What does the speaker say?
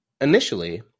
initially